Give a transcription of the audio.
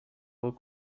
whole